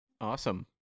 Awesome